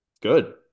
good